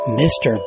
Mr